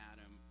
Adam